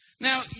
Now